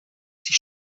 sie